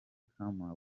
khama